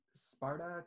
Sparta